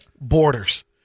Borders